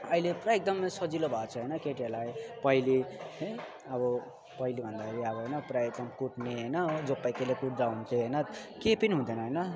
अहिले पुरा एकदम सजिलो भएको छ होइन केटीहरूलाई पहिले अब पहिले भन्दाखेरि अब पहिले भन्दाखेरि अब होइन पुरा एकदम कुट्ने होइन जो पायो त्यसले कुट्दा हुन्छ होइन केही पनि हुँदैन होइन